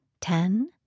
Ten